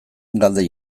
galde